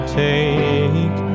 take